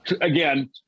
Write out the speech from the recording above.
Again